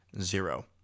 Zero